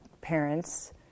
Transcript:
parents